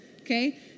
okay